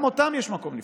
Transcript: גם אותם יש מקום לפתוח.